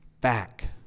back